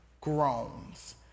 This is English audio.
groans